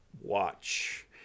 watch